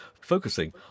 focusing